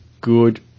good